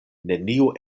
neniu